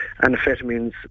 amphetamines